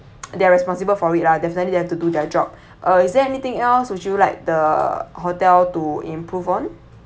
they're responsible for it lah definitely they have to do their job uh is there anything else would you like the hotel to improve on